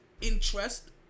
interest